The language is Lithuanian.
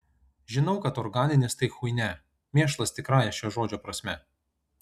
žinau kad organinės tai chuinia mėšlas tikrąja šio žodžio prasme